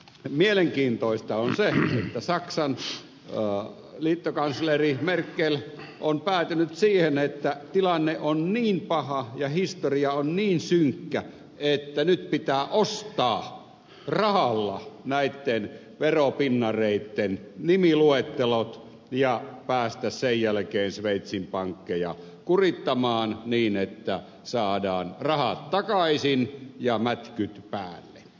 mielenkiintoista on se että saksan liittokansleri merkel on päätynyt siihen että tilanne on niin paha ja historia on niin synkkä että nyt pitää ostaa rahalla näiden veropinnareiden nimiluettelot ja päästä sen jälkeen sveitsin pankkeja kurittamaan niin että saadaan rahat takaisin ja mätkyt päälle